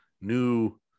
new